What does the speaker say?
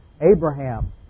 Abraham